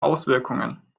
auswirkungen